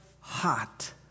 hot